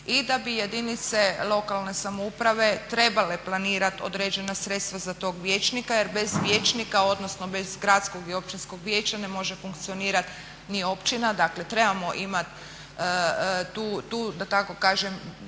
i da bi jedinice lokalne samouprave trebale planirati određena sredstva za tog vijećnika jer bez vijećnika odnosno bez gradskog i općinskog vijeća ne može funkcionirati ni općina. Dakle, trebamo imati tu da tako kažem